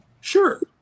Sure